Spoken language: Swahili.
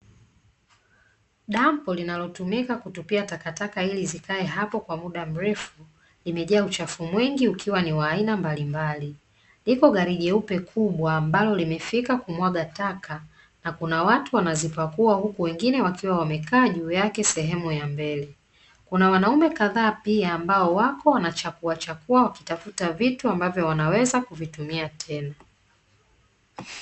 Dampo linalotumika kutupia takataka ili zikae hapo kwa muda mrefu, imejaa uchafu mwingi ukiwa ni wa aina mbalimbali. Liko gari jeupe kubwa ambalo limefika kumwaga taka na kuna watu wanazipakuwa, huku wengine wakiwa wamekaa juu yake sehemu ya mbele. Kuna wanaume kadhaa pia ambao wako wanachakuachakua wakitafuta vitu ambavyo wanaweza kuvitumia tena.